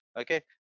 okay